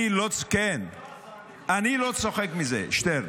אני לא צוחק מזה, שטרן.